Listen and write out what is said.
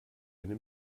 eine